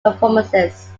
performances